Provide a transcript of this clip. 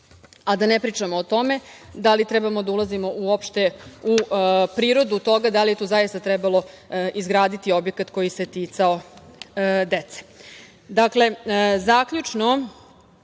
Da ne pričamo o tome da li trebamo da ulazimo uopšte u prirodu toga da li je tu zaista trebalo izgraditi objekat koji se ticao dece. Dakle, zaključno